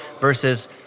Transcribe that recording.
versus